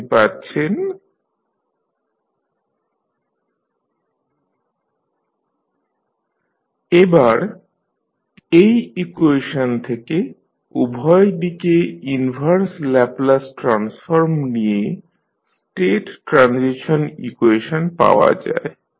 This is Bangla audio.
আপনি পাচ্ছেন XssI A 1x0 1BUs এবার এই ইকুয়েশন থেকে উভয়দিকে ইনভার্স ল্যাপলাস ট্রান্সফর্ম নিয়ে স্টেট ট্রানজিশন ইকুয়েশন পাওয়া যায়